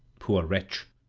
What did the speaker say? poor wretch!